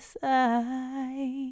side